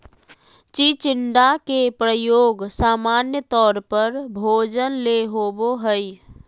चिचिण्डा के प्रयोग सामान्य तौर पर भोजन ले होबो हइ